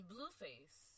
Blueface